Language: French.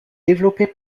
développé